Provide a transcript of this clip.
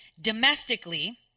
domestically